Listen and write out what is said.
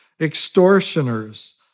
extortioners